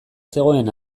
zegoen